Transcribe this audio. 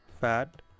fat